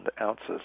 ounces